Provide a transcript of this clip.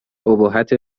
ابهت